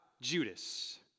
Judas